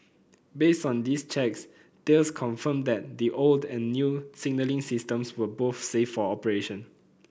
based on these checks Thales confirmed that the old and new signalling systems were both safe for operation